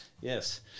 yes